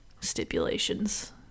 stipulations